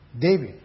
David